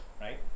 right